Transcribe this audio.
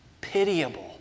pitiable